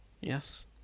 Yes